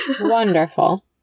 Wonderful